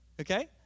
Okay